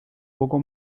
poco